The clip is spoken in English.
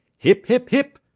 hip! hip! hip!